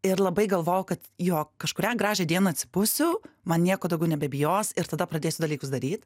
ir labai galvojau kad jo kažkurią gražią dieną atsibusiu man nieko daugiau nebebijos ir tada pradėsiu dalykus daryt